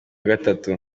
gatatu